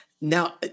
Now